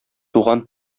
туган